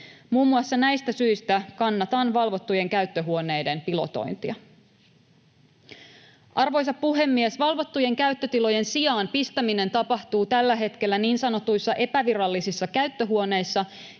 Muun muassa näistä syistä kannatan valvottujen käyttöhuoneiden pilotointia. Arvoisa puhemies! Valvottujen käyttötilojen sijaan pistäminen tapahtuu tällä hetkellä niin sanotuissa epävirallisissa käyttöhuoneissa,